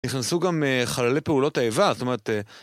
נכנסו גם חללי פעולות האיבה, זאת אומרת אה...